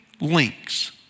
links